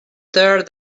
there